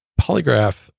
polygraph